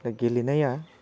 दा गेलेनाया